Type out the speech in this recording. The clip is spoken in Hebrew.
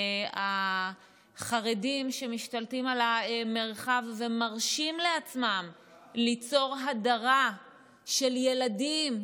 החרדים שמשתלטים על המרחב ומרשים לעצמם ליצור הדרה של ילדים,